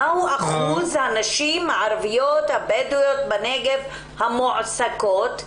מה שיעור הנשים הערביות הבדואיות בנגב שמועסקות?